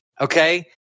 okay